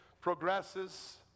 progresses